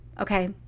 okay